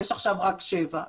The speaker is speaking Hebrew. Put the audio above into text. יש עכשיו רק שבעה סוגים.